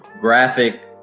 graphic